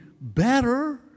better